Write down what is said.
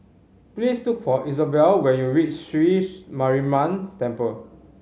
please look for Isobel when you reach Sri Mariamman Temple